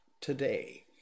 today